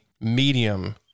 medium